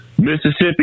Mississippi